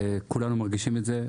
כולנו מרגישים את זה.